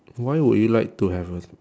why would you like to have a